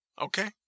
Okay